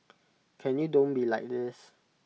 can you don't be like this